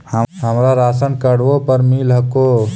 हमरा राशनकार्डवो पर मिल हको?